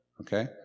okay